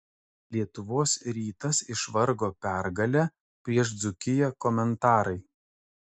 lietuvos rytas išvargo pergalę prieš dzūkiją komentarai